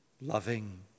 loving